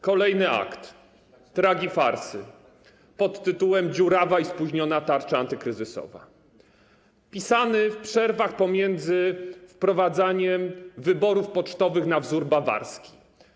Kolejny akt tragifarsy pt. dziurawa i spóźniona tarcza antykryzysowa, pisany w przerwach pomiędzy wprowadzaniem wyborów pocztowych na wzór bawarski.